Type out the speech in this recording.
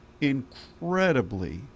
incredibly